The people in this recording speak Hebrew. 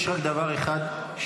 יש רק דבר אחד,